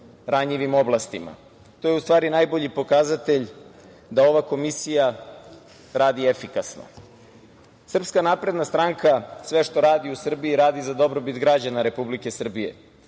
ranjivim oblastima. To je u stvari najbolji pokazatelj da ova Komisija radi efikasno. Srpska napredna stranke sve što radi u Srbiji, radi za dobrobit građana Republike Srbije.